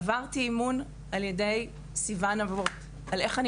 עברתי אימון על ידי סיוון נבות איך אני